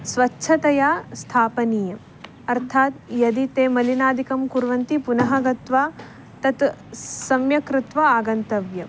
स्वच्छतया स्थापनीयम् अर्थात् यदि ते मलिनादिकं कुर्वन्ति पुनः गत्वा तत् सम्यक् कृत्वा आगन्तव्यम्